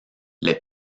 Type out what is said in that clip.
les